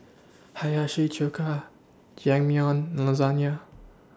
Hiyashi Chuka and Lasagne